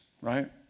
right